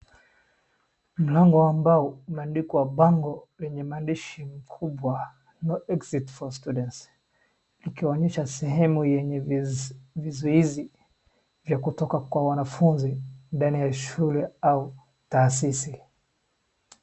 Mlango wa mbao umeandikwa bango lenye maandishi kubwa No exit for students . Likionyesha sehenmu yenye vizuizi vya kutoka kwa wanafunzi ndani ya shule au taasisi.